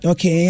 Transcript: Okay